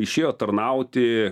išėjo tarnauti